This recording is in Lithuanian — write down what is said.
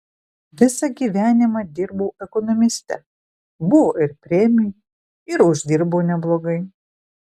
visą gyvenimą dirbau ekonomiste buvo ir premijų ir uždirbau neblogai